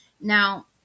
Now